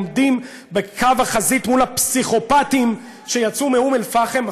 עומדים בקו החזית מול הפסיכופטים שיצאו מאום אל-פחם.